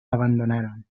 abandonaron